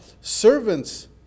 servants